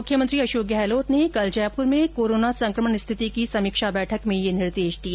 मुख्यमंत्री अशोक गहलोत ने कल जयपूर में कोरोना संकमण स्थिति की समीक्षा बैठक में ये निर्देश दिए